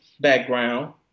background